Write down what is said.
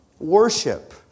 Worship